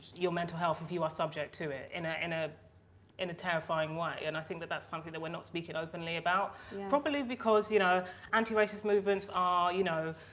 your mental health of you are subject to it in a in a in a terrifying way and i think that that's something that we're not speaking openly about properly because you know anti-racist movements are you know?